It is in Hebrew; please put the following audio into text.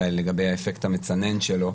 ולגבי אפקט המצנן שלו,